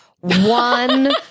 One